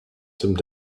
some